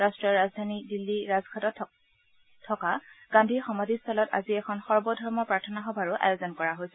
বাট্টীয় ৰাজধানী দিল্লীৰ ৰাজঘাটত থকা গান্ধীৰ সমাধি স্থলত আজি এখন সৰ্বধৰ্ম প্ৰাৰ্থনা সভাৰো আয়োজন কৰা হৈছে